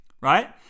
right